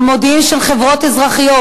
במודיעין של חברות אזרחיות.